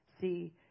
See